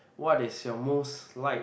what is your most like